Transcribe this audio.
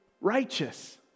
righteous